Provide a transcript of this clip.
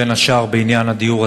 בין השאר בעניין הדיור הציבורי.